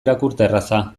irakurterraza